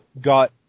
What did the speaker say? got